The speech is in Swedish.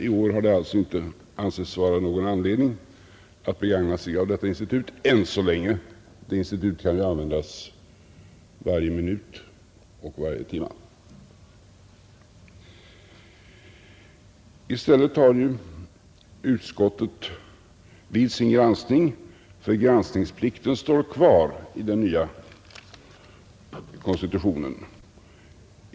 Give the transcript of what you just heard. I år har det alltså inte ansetts vara någon anledning att begagna sig av detta institut än så länge — det kan ju användas varje minut och varje timme, Utskottets granskningsplikt står kvar i den nya konstitutionen.